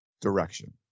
direction